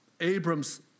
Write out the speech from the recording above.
Abram's